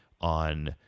on